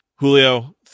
Julio